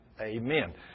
amen